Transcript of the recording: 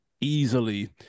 Easily